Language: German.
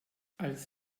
als